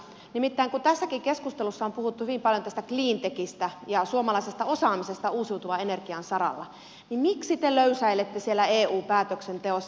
nimittäin kun tässäkin keskustelussa on puhuttu hyvin paljon tästä cleantechistä ja suomalaisesta osaamisesta uusiutuvan energian saralla niin miksi te löysäilette siellä eun päätöksenteossa